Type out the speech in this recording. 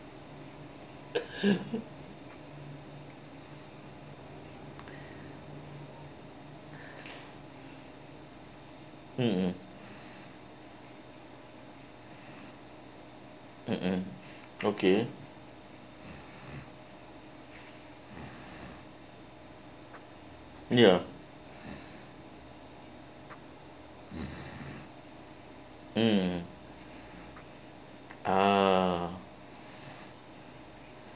mmhmm mmhmm okay ya mm uh